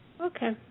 Okay